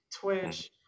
Twitch